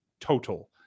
total